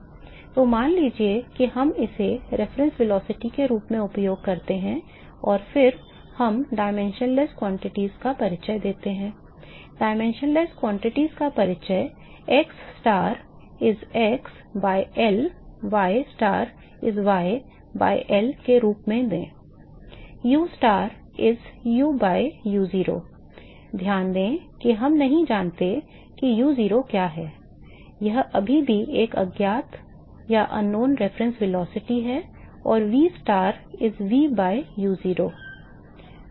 तो मान लीजिए कि हम इसे संदर्भ वेग के रूप में उपयोग करते हैं और फिर हम आयामहीन मात्राओं का परिचय देते हैं आयामहीन मात्राओं का परिचय xstar is x by L y star is y by L के रूप में दें u star is u by u0 ध्यान दें कि हम नहीं जानते कि u0 क्या है यह अभी भी एक अज्ञात संदर्भ वेग है और v star is v by u0 है